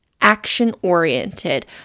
action-oriented